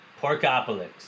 Porkopolis